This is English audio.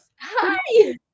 Hi